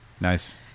Nice